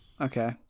Okay